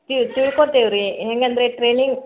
ತಿ ತಿಳ್ಕೋತೇವೆ ರೀ ಹೇಗಂದ್ರೆ ಟ್ರೈನಿಂಗ್